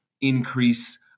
increase